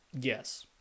Yes